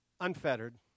unfettered